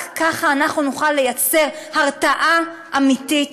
רק כך אנחנו נוכל לייצר הרתעה אמיתית,